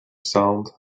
sound